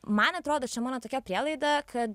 man atrodo čia mano tokia prielaida kad